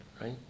Right